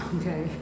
okay